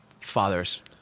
father's